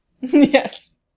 Yes